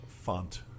Font